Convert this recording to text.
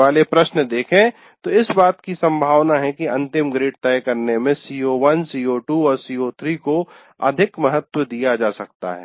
वाले प्रश्न देखें तो इस बात की संभावना है कि अंतिम ग्रेड तय करने में CO1 CO2 और CO3 को अधिक महत्त्व दिया जा सकता है